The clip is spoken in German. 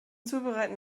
zubereiten